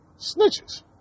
snitches